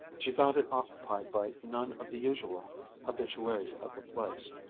she found it occupied by none of the usual habitues of the place.